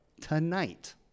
tonight